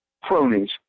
cronies